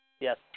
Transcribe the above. Yes